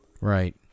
Right